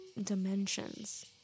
dimensions